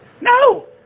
No